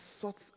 sorts